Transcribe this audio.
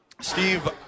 Steve